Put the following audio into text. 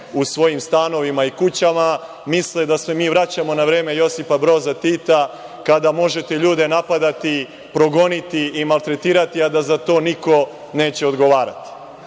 u svojim stanovima i kućama, misle da se mi vraćamo na vreme Josipa Broza Tita, kada možete ljude napadati, progoniti i maltretirati a da za to niko neće odgovarati. Dakle,